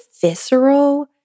visceral